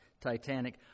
Titanic